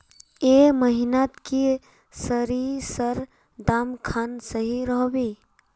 ए महीनात की सरिसर दाम खान सही रोहवे?